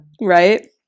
Right